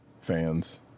fans